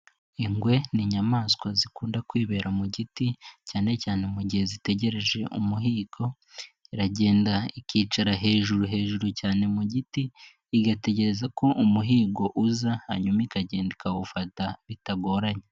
Ingwe ni'inyamaswa zikunda kwibera mu giti cyane cyane mu gihe zitegereje umuhigo, iragenda ikicara hejuru hejuru cyane mu igiti, igategereza ko umuhigo uza hanyuma ikagenda ikawufata bitagoranye.